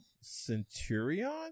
Centurion